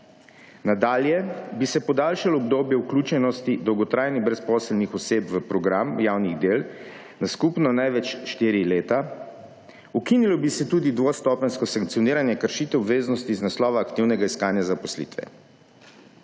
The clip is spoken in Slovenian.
Nadalje bi se podaljšalo obdobje vključenosti dolgotrajnih brezposelnih oseb v program javnih del na skupno največ 4 leta. Ukinilo bi se tudi dvostopenjsko sankcioniranje kršitev obveznosti iz naslova aktivnega iskanja zaposlitve.